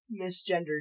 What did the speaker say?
misgendered